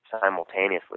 simultaneously